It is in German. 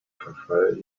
verfall